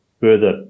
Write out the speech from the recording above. further